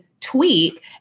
Tweak